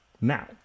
Now